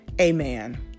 amen